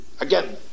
Again